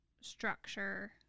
structure